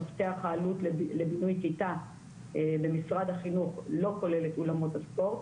מפתח העלות לבינוי כיתה במשרד החינוך לא כולל את אולמות הספורט,